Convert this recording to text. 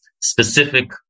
specific